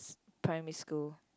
primary school